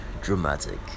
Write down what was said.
dramatic